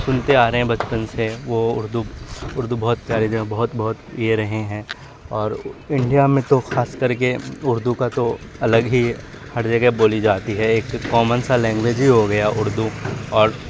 سنتے آ رہے ہیں بچپن سے وہ اردو اردو بہت پیاری بہت بہت یہ رہے ہیں اور انڈیا میں تو خاص کر کے اردو کا تو الگ ہی ہر جگہ بولی جاتی ہے ایک کامن سا لینگویج ہی ہو گیا اردو اور